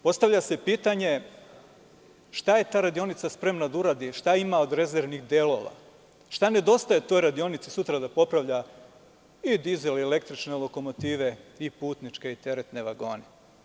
Postavlja se pitanje šta je ta radionica spremna da uradi i šta ima od rezervnih delova, šta nedostaje toj radionici sutra da popravlja i dizel i električne lokomotive i putničke i teretne vagone?